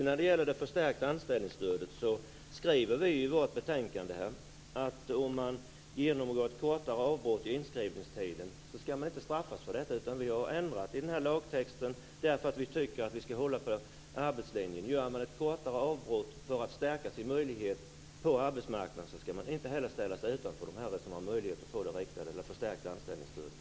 När det gäller det förstärkta anställningsstödet skriver vi i betänkandet att om man gör ett kortare avbrott i inskrivningstiden ska man inte straffas för detta. Vi vill ändra i lagtexten därför att vi tycker att man ska hålla på arbetslinjen. Gör man ett kortare avbrott för att stärka sin ställning på arbetsmarknaden ska man inte heller ställas utanför dem som har möjlighet att få det förstärkta anställningsstödet.